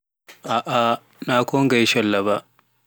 aa na kongaye cholla ba,